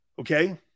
Okay